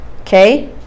Okay